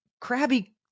crabby